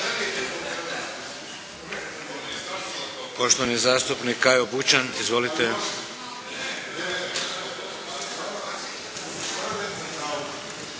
Poštovani zastupnik Kajo Bućan. Izvolite.